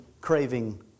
craving